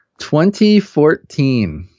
2014